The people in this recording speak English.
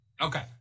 Okay